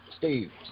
Steve